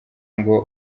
ngo